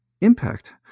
impact